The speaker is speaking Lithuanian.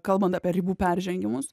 kalbant apie ribų peržengimus